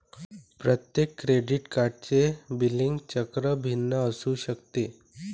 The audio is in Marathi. प्रत्येक क्रेडिट कार्डचे बिलिंग चक्र भिन्न असू शकते